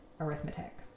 arithmetic